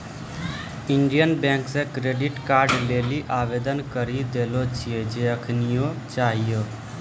Indian bank से credit card लेली आवेदन करी देले छिए जे एखनीये चाहियो